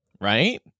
right